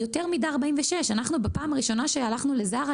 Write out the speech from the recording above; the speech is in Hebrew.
יש יותר מידה 46. בפעם הראשונה שהלכנו לזארה